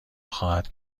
خواهد